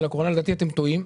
לדעתי, אתם טועים.